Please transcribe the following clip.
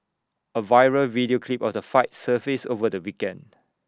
A viral video clip of the fight surfaced over the weekend